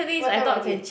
what time was it